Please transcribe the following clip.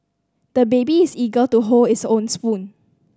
the baby is eager to hold his own spoon